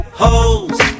holes